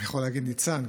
אני יכול להגיד, ניצן,